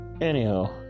anyhow